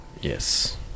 Yes